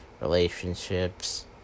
Relationships